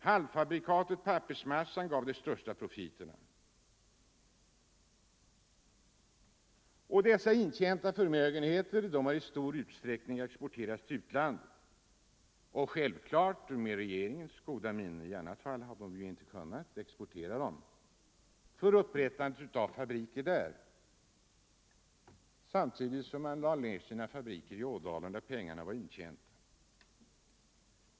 Halvfabrikatet — pappersmassan — gav de största profiterna. De härigenom intjänta förmögenheterna har i stor utsträckning exporterats till utlandet — självklart med regeringens goda minne, eftersom de annars inte hade kunnat utföras — för upprättande av fabriker där. Samtidigt lade man ner de fabriker i Ådalen där pengarna var intjänta.